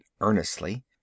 earnestly